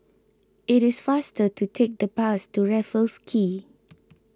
it is faster to take the bus to Raffles Quay